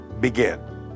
begin